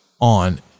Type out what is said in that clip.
on